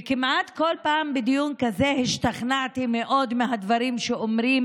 וכמעט כל פעם בדיון כזה השתכנעתי מאוד מהדברים שאומרים